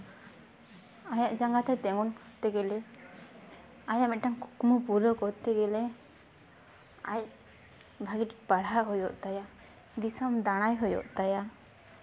ᱟᱭᱟᱜ ᱡᱟᱝᱜᱟᱛᱮ ᱛᱤᱸᱜᱩᱱ ᱛᱮᱜᱮᱞᱮ ᱟᱭᱟᱜ ᱢᱤᱫᱴᱟᱱ ᱠᱩᱠᱢᱩ ᱯᱩᱨᱟᱹᱣ ᱠᱚᱨᱛᱮ ᱜᱮᱞᱮ ᱟᱡ ᱵᱷᱟᱹᱜᱤ ᱴᱷᱤᱠ ᱯᱟᱲᱦᱟᱣ ᱦᱩᱭᱩᱜ ᱛᱟᱭᱟ ᱫᱤᱥᱚᱢ ᱫᱟᱬᱟᱭ ᱦᱩᱭᱩᱜ ᱛᱟᱭᱟ